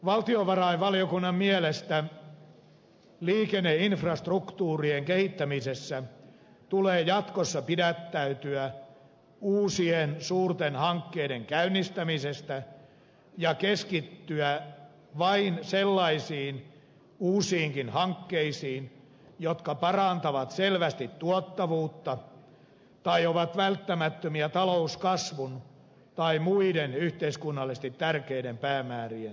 valtiovarainvaliokunnan mielestä liikenneinfrastruktuurien kehittämisessä tulee jatkossa pidättäytyä uusien suurten hankkeiden käynnistämisestä ja keskittyä vain sellaisiin uusiinkin hankkeisiin jotka parantavat selvästi tuottavuutta tai ovat välttämättömiä talouskasvun tai muiden yhteiskunnallisesti tärkeiden päämäärien saavuttamisessa